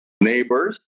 neighbors